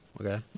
Okay